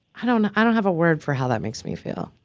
i don't i don't have a word for how that makes me feel